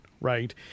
right